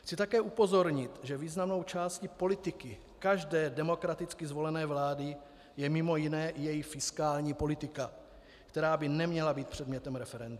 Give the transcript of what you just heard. Chci také upozornit, že významnou částí politiky každé demokraticky zvolené vlády je mimo jiné její fiskální politika, která by neměla být předmětem referenda.